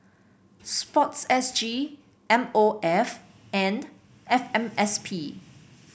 sports S G M O F and F M S P